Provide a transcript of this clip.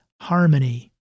harmony